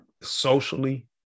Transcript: socially